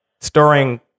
storing